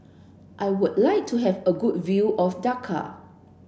I would like to have a good view of Dakar